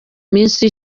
minsi